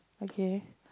okay